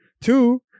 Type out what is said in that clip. two